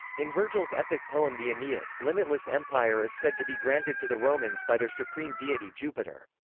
in vergil's epic poem the aeneid, limitless empire is said to be granted to the romans by their supreme deity jupiter.